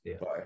Bye